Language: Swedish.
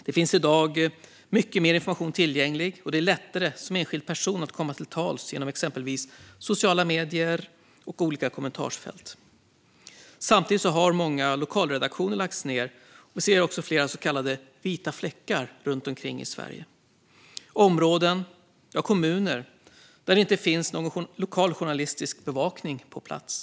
Det finns i dag mycket mer information tillgänglig, och det är lättare att som enskild person komma till tals genom exempelvis sociala medier och olika kommentarsfält. Samtidigt har många lokalredaktioner lagts ned, och vi ser flera så kallade vita fläckar runt omkring i Sverige - områden eller kommuner där det inte finns någon lokal journalistisk bevakning på plats.